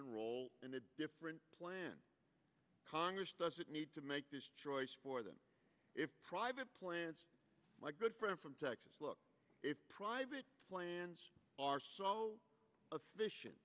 enroll in a different plan congress doesn't need to make this choice for them if private plans my good friend from texas look if private plans are so